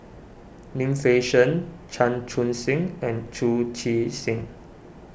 Lim Fei Shen Chan Chun Sing and Chu Chee Seng